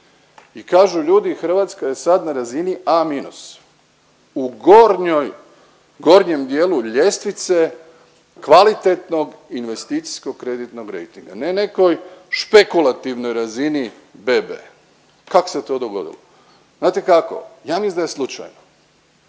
I kažu ljudi Hrvatska je sad na razini A-, u gornjoj, gornjem dijelu ljestvice kvalitetnog investicijskog kreditnog rejtinga, ne nekoj špekulativnoj razini BB. Kako se to dogodilo? Znate kako, ja mislim da je slučajno.